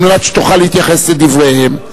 על מנת שתוכל להתייחס לדבריהם.